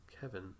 kevin